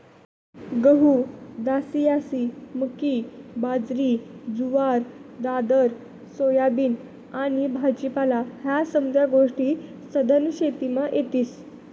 गहू, दायीसायी, मक्की, बाजरी, जुवार, दादर, सोयाबीन आनी भाजीपाला ह्या समद्या गोष्टी सधन शेतीमा येतीस